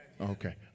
Okay